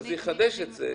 זה יחדש את זה.